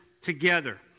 together